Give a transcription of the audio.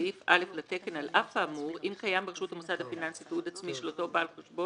על אף האמור בפסקאות משנה (א) עד (ה),